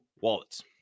wallets